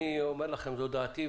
אני אומר לכם זו דעתי.